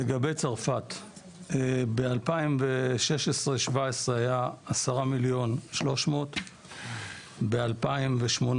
לגבי צרפת, ב-2016-2017 היה 10,300,000. ב-2018